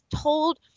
told